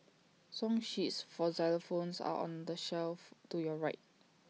song sheets for xylophones are on the shelf to your right